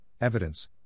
Evidence